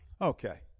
Okay